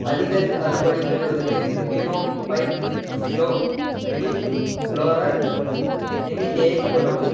அதிகத் தள்ளுபடி பெறுவதற்கு க்ளீனோ பை ஸ்லோ லிரிக் லோரர் எண்ணிக்கையை கூட்டவும்